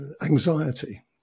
anxiety